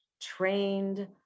trained